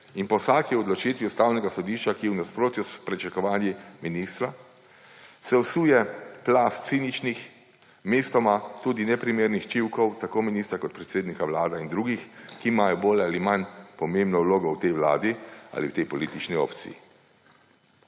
In po vsaki odločitvi Ustavnega sodišča, ki je v nasprotju s pričakovanji ministra, se vsuje plast ciničnih, mestoma tudi neprimernih čivkov tako ministra kot predsednika Vlade in drugih, ki imajo bolj ali manj pomembno vlogo v tej vladi ali v tej politični opciji.